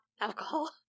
alcohol